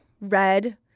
Red